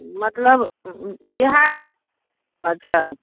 मतलब बिहार म अच्छा